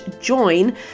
join